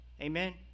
Amen